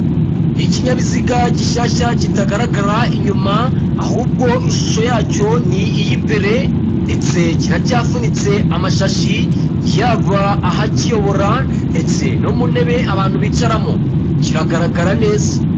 Ni ikinyabiziga gishyashya kitagaragara inyuma, ahubwo ishusho yacyo ni iy'imbere, ndetse kiracyafunitse amashashi, yaba ahakiyobora, ndetse no mu ntebe abantu bicaramo, kiragaragara neza.